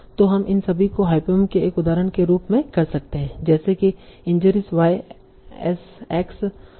तो हम इन सभी को हायपोंयम के एक उदाहरण के रूप में कर सकते हैं जैसे कि इंजरिज़ y एस x